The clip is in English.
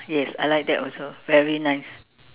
yes I like that also very nice